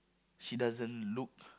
she doesn't look